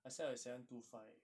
I sell at seven two five